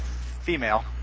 Female